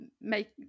make